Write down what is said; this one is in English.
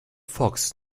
fox